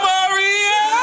Maria